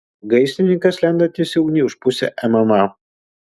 gaisrininkas lendantis į ugnį už pusę mma